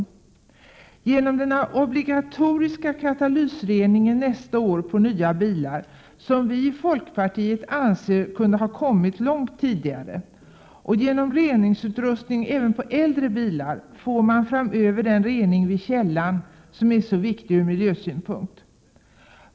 151 Genom den obligatoriska katalytiska avgasrening som nästa år införs på alla nya bilar, en åtgärd som vi i folkpartiet för övrigt anser borde ha kunnat komma långt tidigare, och genom reningsutrustning även på äldre bilar får man framöver den rening vid källan som är så viktig ur miljösynpunkt.